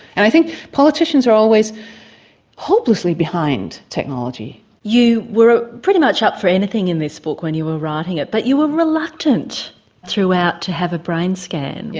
and i think politicians are always hopelessly behind technology. you were pretty much up for anything in this book when you were writing it but you were reluctant throughout to have a brain scan. yeah